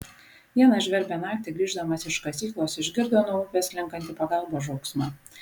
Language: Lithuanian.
vieną žvarbią naktį grįždamas iš kasyklos išgirdo nuo upės sklindantį pagalbos šauksmą